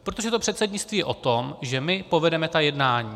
Protože to předsednictví je o tom, že my povedeme ta jednání.